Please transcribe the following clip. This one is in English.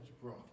bro